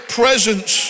presence